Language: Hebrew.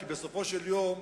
כי בסופו של יום,